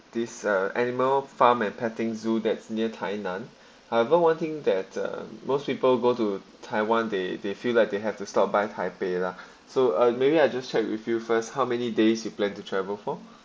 this uh animal farm and petting zoo that's near tai nan however one thing that uh most people go to taiwan they they feel like they have to stop by tai pei lah so uh maybe I just check with you first how many days you plan to travel for